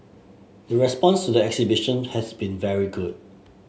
the response to the exhibition has been very good